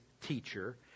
teacher